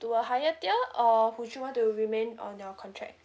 to a higher tier or would YOU want to remain on your contract